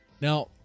now